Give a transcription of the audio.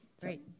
Great